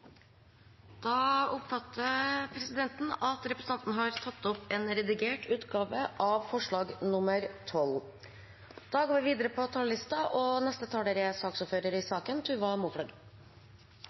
Da oppfattet presidenten at representanten Sveinung Stensland har tatt opp en redigert utgave av forslag